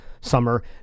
summer